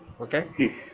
okay